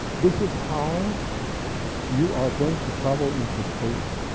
this is how you are going to travel into space.